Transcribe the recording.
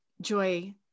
joy